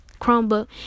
Chromebook